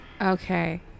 Okay